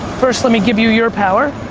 first, let me give you your power,